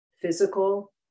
physical